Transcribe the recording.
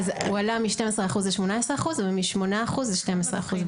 אז הועלה מ-12 אחוז ל-18 אחוז ומ-8 אחוז ל-12 אחוז,